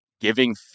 giving